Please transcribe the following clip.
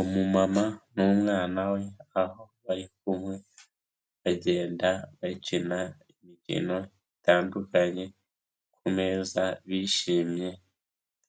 Umumama n'umwana we aho bari kumwe, bagenda bakina imikino itandukanye ku meza bishimye